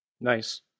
Nice